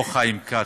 לא חיים כץ,